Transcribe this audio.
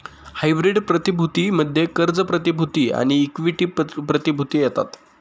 hybrid प्रतिभूती मध्ये कर्ज प्रतिभूती आणि इक्विटी प्रतिभूती येतात